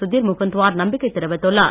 சுதிர் முகுந்த்வார் நம்பிக்கை தெரிவித்துள்ளார்